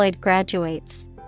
graduates